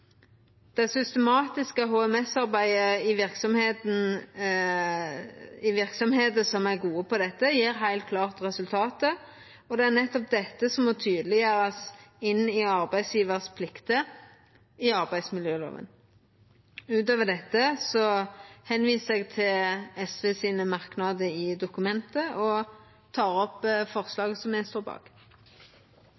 Det systematiske HMS-arbeidet i verksemder som er gode på dette, gjev heilt klart resultat. Det er nettopp dette som må tydeleggjerast i pliktene til arbeidsgjevaren i arbeidsmiljøloven. Utover dette viser eg til merknadene til SV i dokumentet.